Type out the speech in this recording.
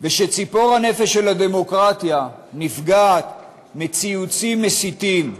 ושציפור הנפש של הדמוקרטיה נפגעת מציוצים מסיתים,